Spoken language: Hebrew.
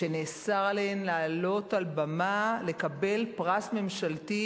שנאסר עליהן לעלות על במה לקבל פרס ממשלתי